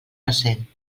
ressent